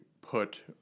put